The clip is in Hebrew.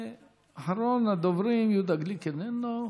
אחרון הדוברים, יהודה גליק איננו,